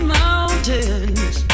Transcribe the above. mountains